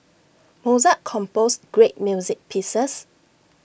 Mozart composed great music pieces